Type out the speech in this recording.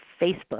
Facebook